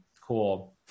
Cool